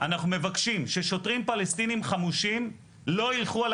אנחנו מבקשים ששוטרים פלסטינים חמושים לא ילכו על